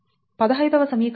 15 వ సమీకరణం నుండి Ix